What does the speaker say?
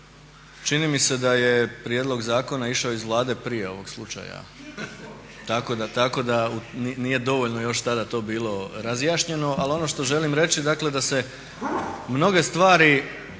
Čini mi se da je prijedlog zakona išao iz Vlade prije ovog slučaja tako da nije dovoljno još tada to bilo razjašnjeno. Ali ono što želim reći dakle da se mnoge stvari